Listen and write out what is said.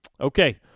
Okay